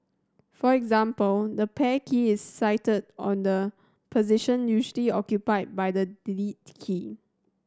for example the Pair key is sited on the position usually occupied by the Delete key